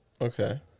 Okay